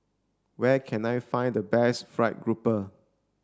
where can I find the best fried grouper